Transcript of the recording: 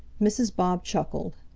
mrs. bob chuckled.